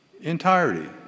Entirety